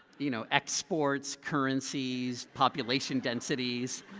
you know, exports, currencies, population densities.